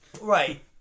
Right